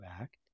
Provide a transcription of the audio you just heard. act